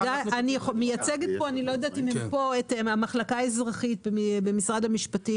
אני לא יודעת אם נמצאים כאן מהמחלקה האזרחית במשרד המשפטים